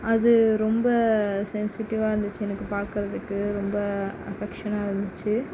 அது ரொம்ப சென்சிடிவாக இருந்துச்சு எனக்கு பாக்கிறதுக்கு ரொம்ப அபெக்ஷனாக இருந்துச்சு